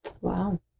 Wow